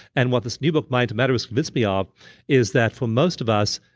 and what this new book, mind to matter, has convinced me ah of is that for most of us,